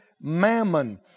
mammon